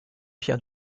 pierre